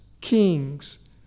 kings